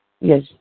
Yes